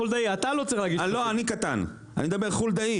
כמו הגיחון,